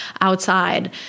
outside